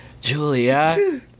Julia